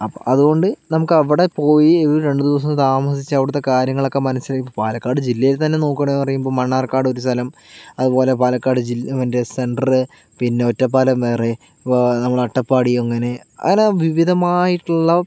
അപ്പം അതുകൊണ്ടു നമുക്ക് അവിടെ പോയി ഒരു രണ്ടു ദിവസം താമസിച്ച് അവിടുത്തെ കാര്യങ്ങളൊക്കെ മനസ്സിലാക്കി പാലക്കാട് ജില്ലയില് തന്നെ നോക്കുവാണെന്നു പറയുമ്പോൾ മണ്ണാര്ക്കാട് ഒരു സ്ഥലം അതുപോലെ പാലക്കാട് ജില്ലയിലെ മറ്റു സെന്റർ പിന്നെ ഒറ്റപ്പാലം വേറെ നമ്മുടെ അട്ടപ്പാടി അങ്ങനെ അങ്ങനെ വിവിധമായിട്ടുള്ള